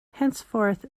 henceforth